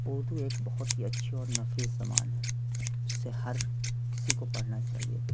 اردو ایک بہت ہی اچھی اور نفیس زبان ہیں جسے ہر کسی کو پڑھنا چاہیے